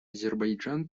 азербайджан